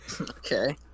okay